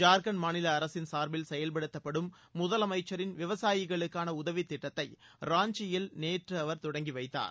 ஜார்கண்ட் மாநில அரசின் சார்பில் செயல்படுத்தப்படும் முதலமைச்சரின் விவசாயிகளுக்கான உதவித் திட்டத்தை ராஞ்சியில் நேற்று அவர் தொடங்கி வைத்தார்